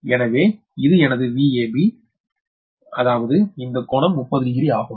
எனவே இது எனது VAB எனவே அதாவது இந்த கோணம் 30 டிகிரி ஆகும்